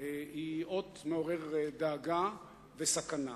היא אות מעורר דאגה וסכנה.